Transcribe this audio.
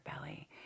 belly